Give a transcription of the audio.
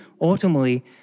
ultimately